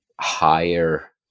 higher